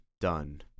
done